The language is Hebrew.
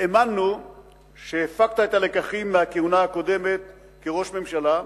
האמנו שהפקת את הלקחים מהכהונה הקודמת כראש ממשלה,